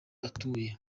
atuye